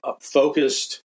focused